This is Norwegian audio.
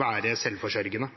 være selvforsørgende.